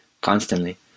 constantly